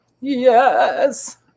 Yes